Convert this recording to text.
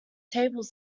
table